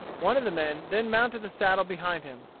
one of the men then mounted the saddle behind him,